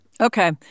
Okay